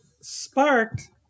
sparked